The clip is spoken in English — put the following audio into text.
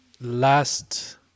last